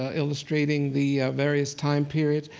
ah illustrating the various time periods.